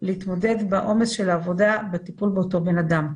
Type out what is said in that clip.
להתמודד בעומס של עבודה בטיפול באותו בן אדם,